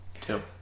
two